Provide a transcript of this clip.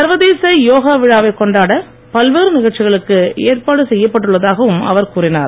சர்வதேச யோகா விழாவைக் கொண்டாட பல்வேறு நிகழ்ச்சிகளுக்கு ஏற்பாடு செய்யப்பட்டு உள்ளதாகவும் அவர் கூறினார்